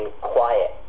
quiet